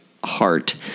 heart